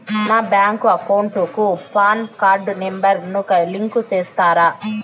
నా bank account కు PAN card number ను లింకు సేస్తారా?